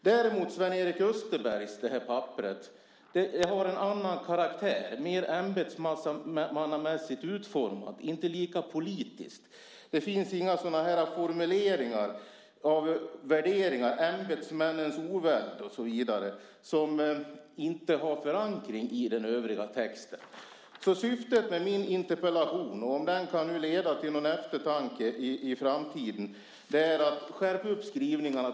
Däremot har Sven-Erik Österbergs papper en annan karaktär, mer ämbetsmannamässigt utformat och inte lika politiskt. Det finns inga sådana här formuleringar om värderingar, till exempel om ämbetsmännens oväld, som inte har förankring i den övriga texten. Syftet med min interpellation, om den nu kan leda till någon eftertanke i framtiden, är: Skärp upp skrivningarna!